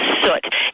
soot